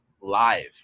live